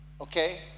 okay